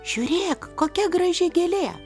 žiūrėk kokia graži gėlė